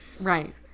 Right